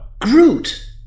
Groot